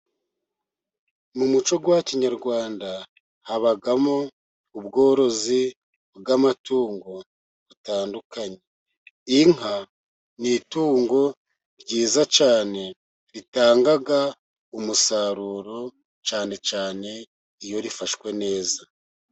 Mu muco wa kinyarwanda habamo ubworozi bw'amatungo butandukanye .Inka ni itungo ryiza cyane ritanga umusaruro, cyane cyane iyo rifashwe neza.